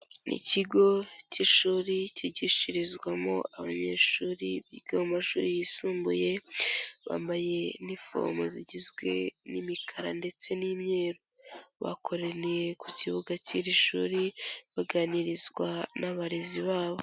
Ni ikigo cy'ishuri cyigishirizwamo abanyeshuri biga mu mashuri yisumbuye, bambaye inifomu zigizwe n'imikara, ndetse n'imyeru, bakoraniye ku kibuga cy'iri shuri baganirizwa n'abarezi babo.